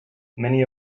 many